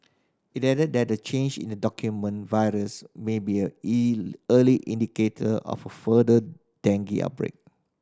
it added that the change in the dominant virus may be a early indicator of further dengue outbreak